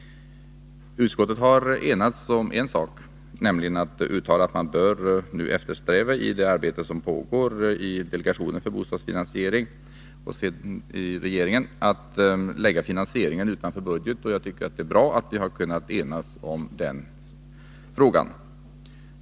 Utskottet har enats om en sak, nämligen om att uttala att man i det arbete som pågår i delegationen för bostadsfinansiering och sedan i regeringen bör eftersträva att lägga finansieringen utanför budgeten. Jag tycker att det är bra att vi har kunnat enas i den frågan.